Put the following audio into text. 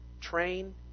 train